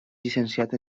llicenciat